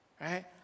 right